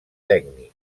tècnic